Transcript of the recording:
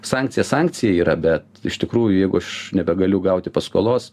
sankcija sankcija yra bet iš tikrųjų jeigu aš nebegaliu gauti paskolos